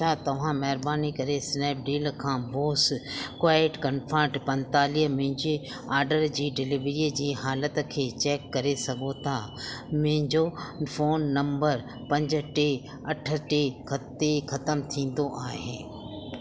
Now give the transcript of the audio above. छा तव्हां महिरबानी करे स्नैपडील खां बोस क़्वाइटकम्फर्ट पंजतालीह में मुंहिंजे आर्डर जी डिलेवरीअ जी हालत खे चेक करे सघो था मुहिंजो फ़ोन नंबर पंज टे अठ टे ते ख़त्म थींदो आहे